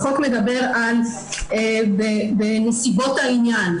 החוק מדבר על נסיבות העניין.